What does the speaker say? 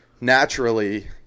naturally